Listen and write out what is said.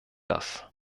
das